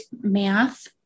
math